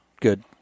Good